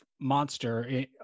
monster